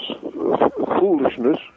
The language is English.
foolishness